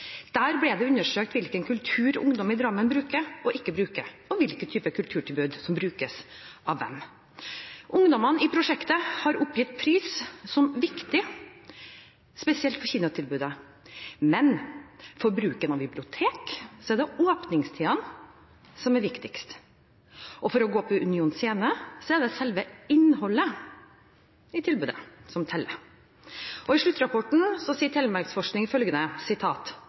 Der ble det undersøkt hvilke kulturtilbud ungdom i Drammen bruker og ikke bruker, og hvilke typer kulturtilbud som brukes av hvem. Ungdommene i prosjektet har oppgitt pris som viktig, spesielt for kinotilbudet. Men for bruken av bibliotek er det åpningstidene som er viktigst, og for å gå på Union Scene er det selve innholdet i tilbudet som teller. I sluttrapporten sier Telemarksforskning følgende: